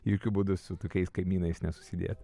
jokiu būdu su tokiais kaimynais nesusidėt